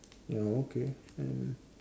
ya okay and